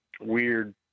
weird